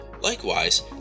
Likewise